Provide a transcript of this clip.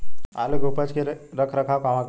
आलू के उपज के रख रखाव कहवा करी?